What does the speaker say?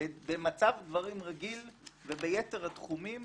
במצב דברים רגיל וביתר התחומים,